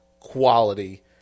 quality